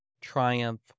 triumph